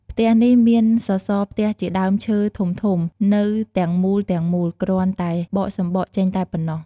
ផ្ទះនេះមានសសរផ្ទះជាដើមឈើធំៗ នៅទាំងមូលៗ គ្រាន់តែបកសំបកចេញតែប៉ុណ្ណោះ។